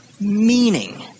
meaning